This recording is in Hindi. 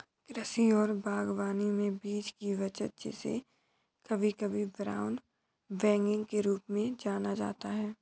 कृषि और बागवानी में बीज की बचत जिसे कभी कभी ब्राउन बैगिंग के रूप में जाना जाता है